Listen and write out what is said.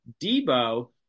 Debo